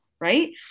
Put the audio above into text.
right